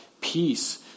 peace